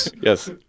Yes